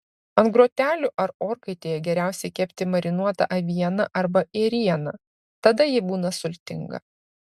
ant grotelių ar orkaitėje geriausiai kepti marinuotą avieną arba ėrieną tada ji būna sultinga